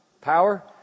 power